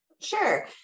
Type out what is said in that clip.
sure